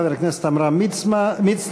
חבר הכנסת עמרם מצנע,